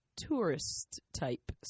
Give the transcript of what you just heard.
tourist-type